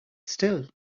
still